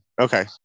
Okay